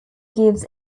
gives